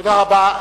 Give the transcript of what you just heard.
תודה רבה.